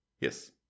Yes